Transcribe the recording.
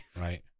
right